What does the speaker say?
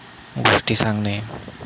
गोष्टी सांगणे